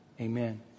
Amen